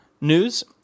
news